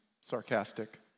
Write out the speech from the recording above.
sarcastic